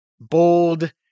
bold